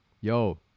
Yo